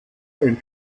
ein